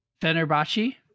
Fenerbahce